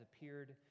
appeared